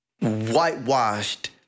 whitewashed